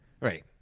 Right